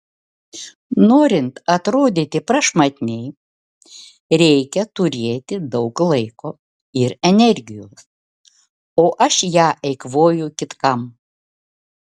norint atrodyti prašmatniai reikia turėti daug laiko ir energijos o aš ją eikvoju kitkam